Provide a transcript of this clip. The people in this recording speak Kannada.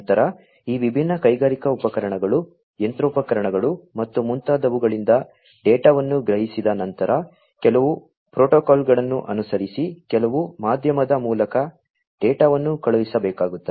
ನಂತರ ಈ ವಿಭಿನ್ನ ಕೈಗಾರಿಕಾ ಉಪಕರಣಗಳು ಯಂತ್ರೋಪಕರಣಗಳು ಮತ್ತು ಮುಂತಾದವುಗಳಿಂದ ಡೇಟಾವನ್ನು ಗ್ರಹಿಸಿದ ನಂತರ ಕೆಲವು ಪ್ರೋಟೋಕಾಲ್ಗಳನ್ನು ಅನುಸರಿಸಿ ಕೆಲವು ಮಾಧ್ಯಮದ ಮೂಲಕ ಡೇಟಾವನ್ನು ಕಳುಹಿಸಬೇಕಾಗುತ್ತದೆ